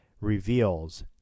Reveals